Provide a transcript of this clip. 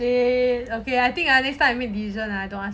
!chey! okay I think ah next time I make decision ah don't ask you